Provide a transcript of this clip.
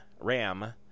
Ram